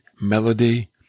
melody